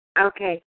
Okay